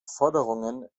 forderungen